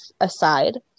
aside